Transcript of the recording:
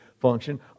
function